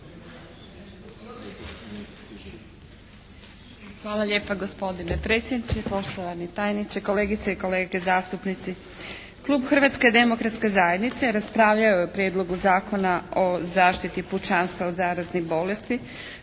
Hvala lijepa gospodine predsjedniče. Poštovani tajniče, kolegice i kolege zastupnici. Klub Hrvatske demokratske zajednice raspravljao je o Prijedlogu zakona o zaštiti pučanstva od zaraznih bolesti,